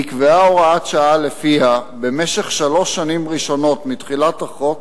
נקבעה הוראת שעה שלפיה במשך שלוש השנים הראשונות מתחילת החוק